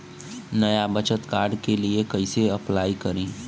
नया बचत कार्ड के लिए कइसे अपलाई करी?